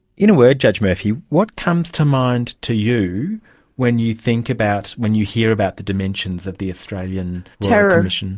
in a word, judge murphy, what comes to mind to you when you think about, when you hear about the dimensions of the australian royal commission?